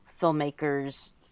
filmmaker's